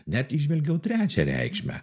net įžvelgiau trečią reikšmę